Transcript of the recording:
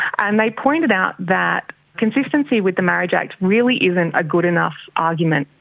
and they pointed out that consistency with the marriage act really isn't a good enough argument,